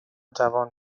توان